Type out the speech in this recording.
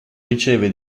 riceve